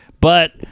but-